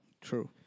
True